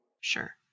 Sure